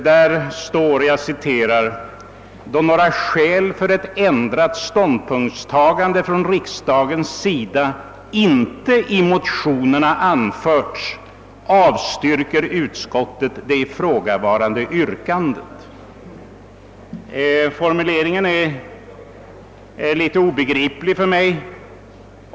Det heter: »Då några skäl för ett ändrat ståndpunktstagande från riksdagens sida inte i motionerna anförts avstyrker utskottet det ifrågavarande yrkandet.» Den formuleringen är för mig obegriplig.